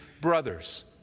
brothers